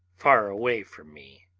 far away from me,